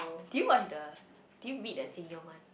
do you watch the do you read the Qing-Yong one